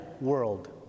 world